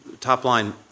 top-line